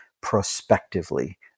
prospectively